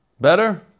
Better